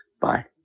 Bye